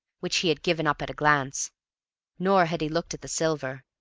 which he had given up at a glance nor had he looked at the silver,